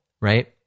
right